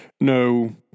No